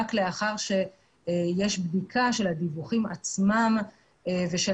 רק לאחר שיש בדיקה של הדיווחים עצמם ושל